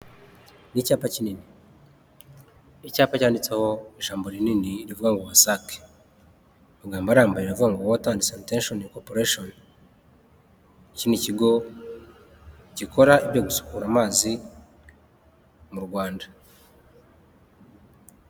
Ni icyapa, kinini icyapa cyanditseho ijambo rinini rivuga ngo WASAC, mu magambo arambuye riravuga ngo water sanitaion corporation, iki ni kigo gikora ibyo gusukura amazi mu Rwanda.